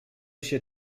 się